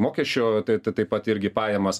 mokesčio tai ta tai pat irgi pajamas